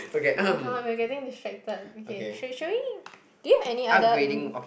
we are getting distracted okay should should we need do you have any other in